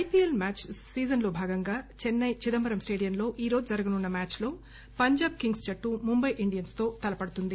IPL match లో భాగంగానే చెన్నై చిదంబరం స్లేడియంలో ఈ రోజు జరగనున్న మ్యాచ్ లో పంజాబ్ కింగ్స్ జట్టు ముంబై ఇండియస్స్ తో తలపడుతుంది